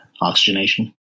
oxygenation